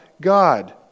God